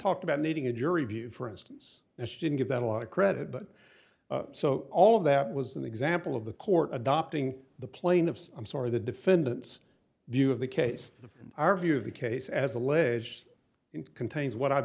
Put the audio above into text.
talked about needing a jury view for instance as she didn't give that a lot of credit so all of that was an example of the court adopting the plaintiffs i'm sorry the defendant's view of the case the our view of the case as alleged in contains what i've